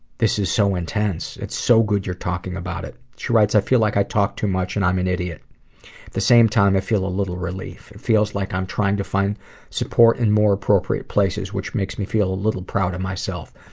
this is so intense. it's so good you're talking about it. she writes, i feel like i talk too much and i'm an idiot. at the same time, i feel a little relief. it feels like i'm trying to find support in more appropriate places, which makes me feel a little proud of myself,